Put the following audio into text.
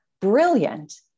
brilliant